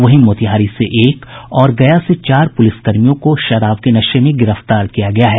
वहीं मोतिहारी से एक और गया से चार पुलिसकर्मियों को शराब के नशे में गिरफ्तार किया गया है